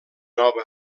nova